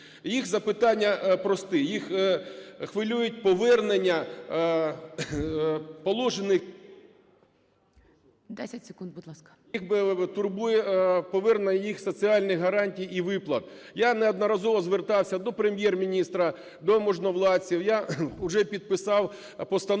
Їх запитання прості, їх хвилюють повернення положенных… ГОЛОВУЮЧИЙ. 10 секунд, будь ласка. МАРТОВИЦЬКИЙ А.В. Їх турбує повернення їх соціальних гарантій і виплат. Я неодноразово звертався до Прем'єр-міністра, до можновладців. Я вже підписав постанову